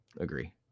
Agree